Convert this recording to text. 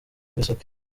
bisoke